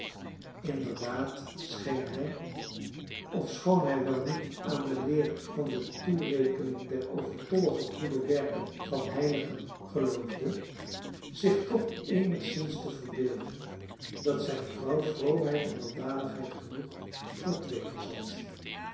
inderdaad scheen hij ofschoon hij wel niet aan de leer van de toerekening der overtollige goede werken van heiligen geloofde zich toch eenigszins te verbeelden dat zijne vrouw vroomheid en weldadigheid genoeg voor twee bezat